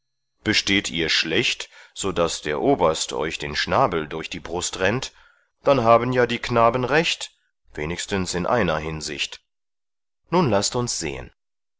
besteht ihr schlecht sodaß der oberst euch den schnabel durch die brust rennt dann haben ja die knaben recht wenigstens in einer hinsicht nun laßt uns sehen